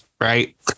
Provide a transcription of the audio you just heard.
right